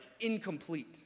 incomplete